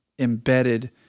embedded